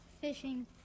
Fishing